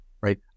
right